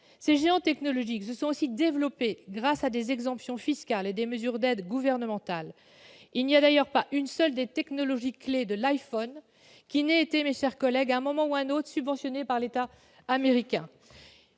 Ces géants technologiques se sont aussi développés grâce à des exemptions fiscales et à des mesures d'aides gouvernementales. Il n'y a d'ailleurs pas une seule des technologies clefs de l'iPhone qui n'ait été, à un moment ou un autre, subventionnée par l'État américain.